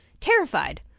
terrified